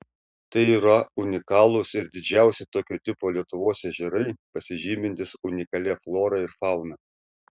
tai yra unikalūs ir didžiausi tokio tipo lietuvos ežerai pasižymintys unikalia flora ir fauna